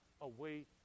away